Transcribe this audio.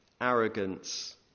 arrogance